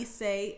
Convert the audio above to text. say